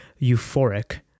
euphoric